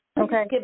Okay